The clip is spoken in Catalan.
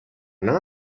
anar